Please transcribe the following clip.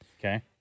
Okay